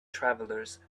travelers